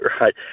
Right